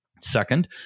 Second